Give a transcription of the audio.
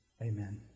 Amen